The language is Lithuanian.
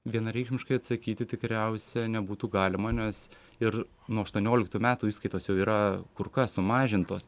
vienareikšmiškai atsakyti tikriausia nebūtų galima nes ir nuo aštuonioliktų metų įskaitos jau yra kur kas sumažintos